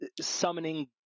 summoning